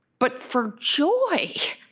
but for joy